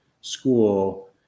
school